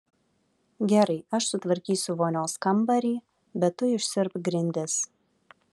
gerai aš sutvarkysiu vonios kambarį bet tu išsiurbk grindis